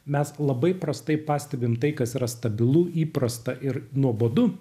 mes labai prastai pastebim tai kas yra stabilu įprasta ir nuobodu